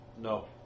No